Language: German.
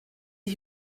die